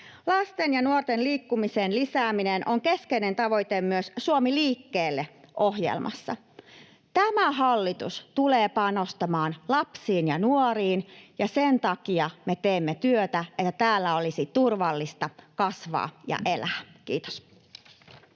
Lasten ja nuorten liikkumisen lisääminen on keskeinen tavoite myös Suomi liikkeelle ‑ohjelmassa. Tämä hallitus tulee panostamaan lapsiin ja nuoriin, ja me teemme työtä sen takia, että täällä olisi turvallista kasvaa ja elää. — Kiitos.